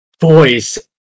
voice